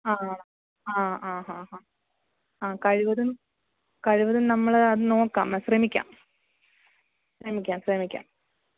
അ അ ഹഹഹ ആ കഴിവതും കഴിവതും നമ്മളത് നോക്കാം ശ്രമിക്കാം ശ്രമിക്കാം ശ്രമിക്കാം